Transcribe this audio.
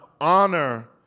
honor